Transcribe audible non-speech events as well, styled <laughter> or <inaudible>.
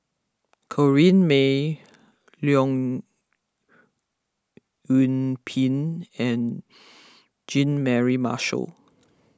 Corrinne May Leong Yoon Pin and <noise> Jean Mary Marshall